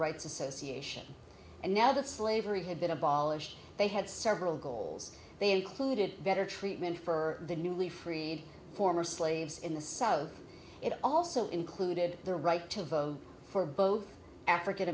rights association and now that slavery had been abolished they had several goals they included better treatment for the newly freed former slaves in the south it also included the right to vote for both african